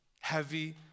heavy